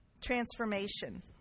Transformation